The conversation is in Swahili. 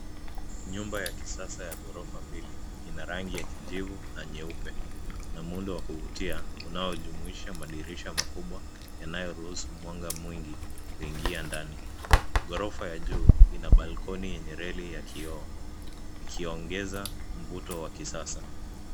Nyumba ya kisasa ya ghorofa mbili. Ina rangi ya kijivu na nyeupe na muundo wa kuvutia unaojumuisha madirisha makubwa yanayoruhusu mwanga mwingi kuingia ndani. Ghorofa ya juu ina (cs) balcony(cs) yenye reli ya kioo ikiongeza mvuto wa kisasa.